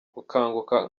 gukanguka